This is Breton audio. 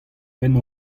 benn